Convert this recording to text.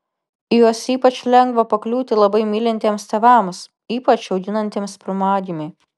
į juos ypač lengva pakliūti labai mylintiems tėvams ypač auginantiems pirmagimį